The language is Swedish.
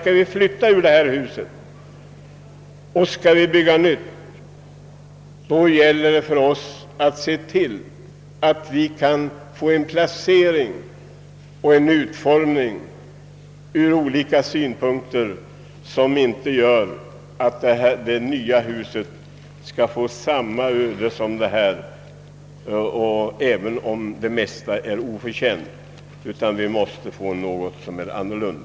Skall vi flytta ur detta hus och bygga nytt måste vi se till att det nya huset får en sådan placering och utformning att det inte röner samma öde som det gamla huset — även om det mesta av det som sägs inte är berättigat. Vi måste få ett riksdagshus som är annorlunda.